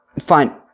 Fine